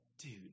dude